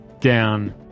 down